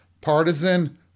partisan